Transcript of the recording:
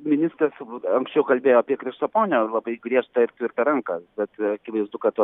ministras anksčiau kalbėjo apie krištaponio labai griežtą ir tvirtą ranką bet akivaizdu kad to